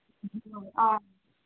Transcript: ꯑ